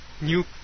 new